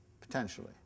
potentially